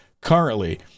currently